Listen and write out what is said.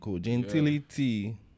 Gentility